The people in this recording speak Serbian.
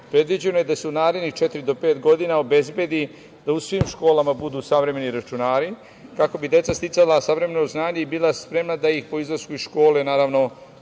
potrebno. Predviđeno je da se u narednih četiri do pet godina obezbedi da u svim školama budu savremeni računari, kako bi deca sticala savremeno znanje i bila spremna da ih po izlasku iz škole, naravno,